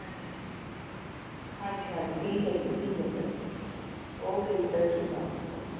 ਹਾਂਜੀ ਹਾਂਜੀ ਹਾਂਜੀ ਹਾਂਜੀ ਠੀਕ ਹੈ ਜੀ ਠੀਕ ਹੈ ਸਰ ਠੀਕ ਹੈ ਓਕੇ ਜੀ ਸਤਿ ਸ਼੍ਰੀ ਅਕਾਲ ਓਕੇ